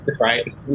right